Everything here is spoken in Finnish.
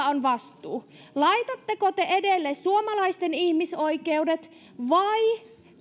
on vastuu laitatteko te edelle suomalaisten ihmisoikeudet vai